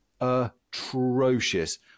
atrocious